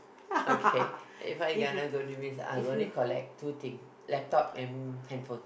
okay If I gonna go I will only collect two things laptop and handphone